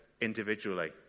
individually